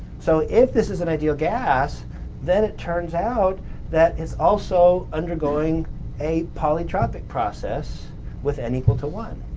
so, if this is an ideal gas then it turns out that it's also undergoing a polytropic process with n equal to one.